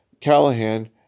Callahan